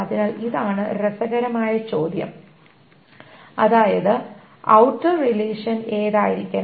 അതിനാൽ ഇതാണ് രസകരമായ ചോദ്യം അതായത് ഔട്ടർ റിലേഷൻ ഏതായിരിക്കണം